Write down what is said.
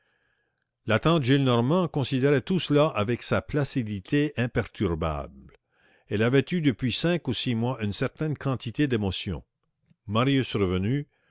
la tante gillenormand considérait tout cela avec sa placidité imperturbable elle avait eu depuis cinq ou six mois une certaine quantité d'émotions marius revenu